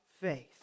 faith